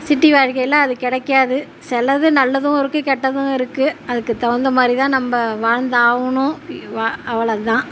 city வாழ்க்கையில அது கிடைக்காது சிலது நல்லதும் இருக்கு கெட்டதும் இருக்கு அதற்கு தகுந்த மாதிரி தான் நம்ப வாழ்ந்தாகனும் அவ்வளோ தான்